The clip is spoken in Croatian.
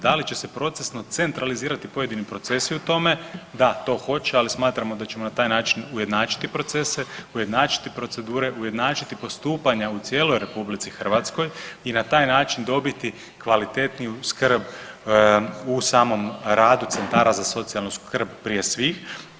Da li će se procesno centralizirati pojedini procesi u tome, da to hoće, ali smatramo da ćemo na taj način ujednačiti procese, ujednačiti procedure, ujednačiti postupanja u cijeloj RH i na taj način dobiti kvalitetniju skrb u samom radu centara za socijalnu skrb prije svih.